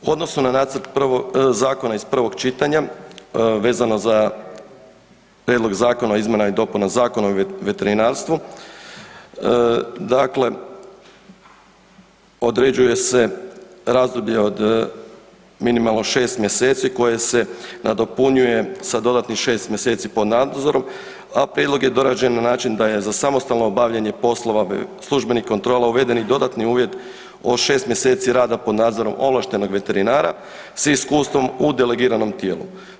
U odnosu na nacrt zakona iz prvog čitanja vezano za prijedlog Zakona o izmjenama i dopunama Zakona o veterinarstvu dakle određuje se razdoblje od minimalno 6 mjeseci koje se nadopunjuje sa dodatnih 6 mjeseci po nadzoru, a prijedlog je dorađen na način da je za samostalno obavljanje poslova službenih kontrola uvedeni dodatni uvjet od 6 mjeseci rada po nadzorom ovlaštenog veterinara s iskustvom u delegiranom tijelu.